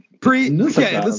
Pre